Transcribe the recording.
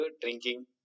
drinking